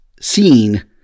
seen